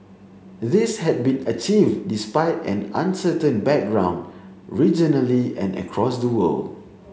this had been achieved despite an uncertain background regionally and across the world